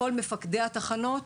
את כל מפקדי התחנות.